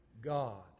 God